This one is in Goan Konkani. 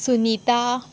सुनीता